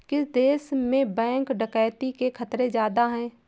किस देश में बैंक डकैती के खतरे ज्यादा हैं?